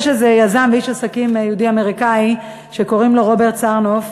יש איזה יזם ואיש עסקים יהודי-אמריקני שקוראים לו רוברט סארנוף,